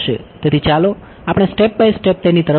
તેથી ચાલો આપણે સ્ટેપ બાય સ્ટેપ તેની તરફ જઈએ